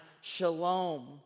shalom